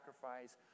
sacrifice